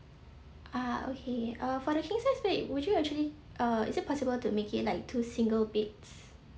ah okay uh for the king size bed would you actually uh is it possible to make it like two single beds